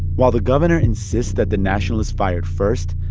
while the governor insists that the nationalists fired first,